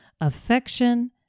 affection